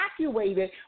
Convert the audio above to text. evacuated